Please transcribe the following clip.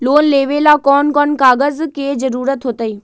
Loan लेवेला कौन कौन कागज के जरूरत होतई?